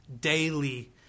daily